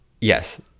Yes